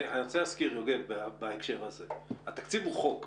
יוגב, התקציב הוא חוק.